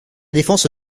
défense